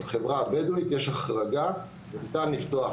בחברה הבדואית יש החרגה וניתן לפתוח.